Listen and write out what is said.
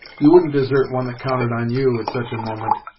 you wouldn't desert one that counted on you, at such a moment,